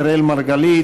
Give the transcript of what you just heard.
אראל מרגלית,